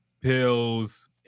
pills